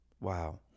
Wow